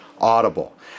Audible